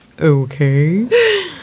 Okay